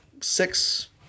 six